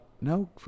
no